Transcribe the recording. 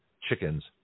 chickens